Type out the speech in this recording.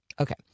Okay